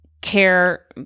care